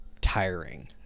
tiring